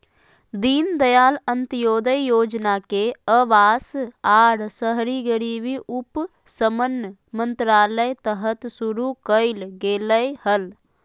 दीनदयाल अंत्योदय योजना के अवास आर शहरी गरीबी उपशमन मंत्रालय तहत शुरू कइल गेलय हल